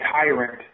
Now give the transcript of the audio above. tyrant